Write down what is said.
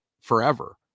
forever